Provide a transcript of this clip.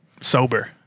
sober